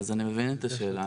אני מבין את השאלה,